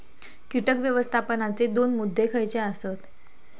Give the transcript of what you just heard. कीटक व्यवस्थापनाचे दोन मुद्दे खयचे आसत?